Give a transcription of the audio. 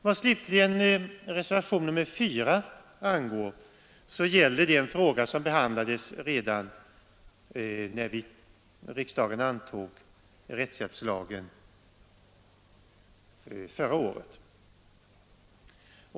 Vad slutligen reservationen 4 angår gäller det en fråga som behandlades redan när riksdagen antog rättshjälpslagen förra året.